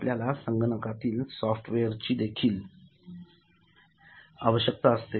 आपल्याला संगणकातिल सॉफ्टवेअरची देखील आवश्यकता असते